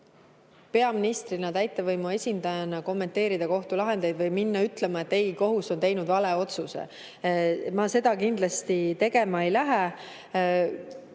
peaministrina, täitevvõimu esindajana kommenteerida kohtulahendeid või minna ütlema, et ei, kohus on teinud vale otsuse. Ma seda kindlasti tegema ei lähe.